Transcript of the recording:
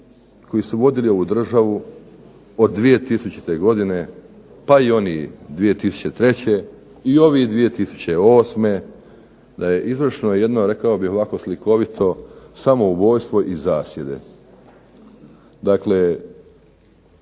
koji su vodili ovu državu od 2000. godine pa i oni 2003., i ovi 2008. da je izvršeno jedno, rekao bih ovako slikovito, samoubojstvo iz zasjede. Dakle,